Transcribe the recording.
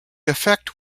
effect